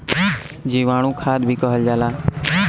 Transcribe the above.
जीवाणु खाद भी कहल जाला